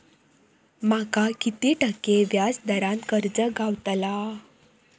माका किती टक्के व्याज दरान कर्ज गावतला?